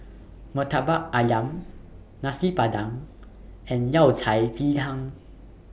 Murtabak Ayam Nasi Padang and Yao Cai Ji Tang